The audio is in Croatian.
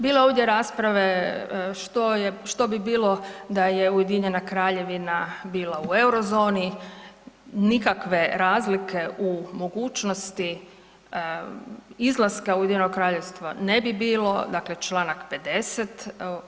Bilo je ovdje rasprave što bi bilo da je Ujedinjena Kraljevina bila u Eurozoni, nikakve razlike u mogućnosti izlaska Ujedinjenog Kraljevstva ne bi bilo, dakle Članak 50.